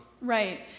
right